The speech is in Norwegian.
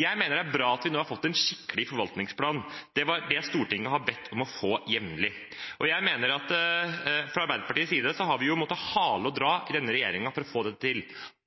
Jeg mener det er bra at vi nå har fått en skikkelig forvaltningsplan. Det er det Stortinget jevnlig har bedt om å få. Fra Arbeiderpartiets side har vi måttet hale og